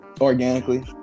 Organically